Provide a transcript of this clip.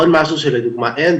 עוד משהו שלדוגמה אין,